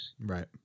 Right